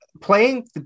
playing